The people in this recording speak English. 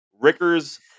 Ricker's